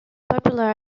popular